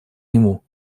нему